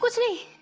but genie.